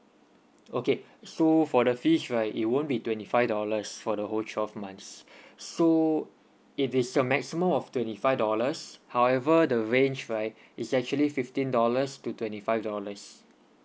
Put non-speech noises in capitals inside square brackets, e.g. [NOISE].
okay so for the fees right it won't be twenty five dollars for the whole twelve months [BREATH] so it is a maximum of twenty five dollars however the range right is actually fifteen dollars to twenty five dollars